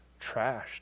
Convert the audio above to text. trashed